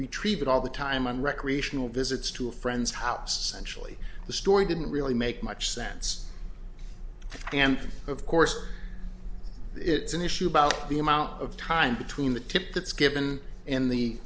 retrieve it all the time on recreational visits to a friend's house sensually the story didn't really make much sense and of course it's an issue about the amount of time between the tip that's given in the